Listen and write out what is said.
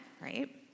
right